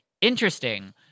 interesting